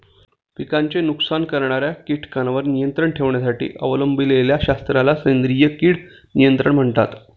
पिकांचे नुकसान करणाऱ्या कीटकांवर नियंत्रण ठेवण्यासाठी अवलंबिलेल्या शास्त्राला सेंद्रिय कीड नियंत्रण म्हणतात